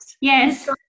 Yes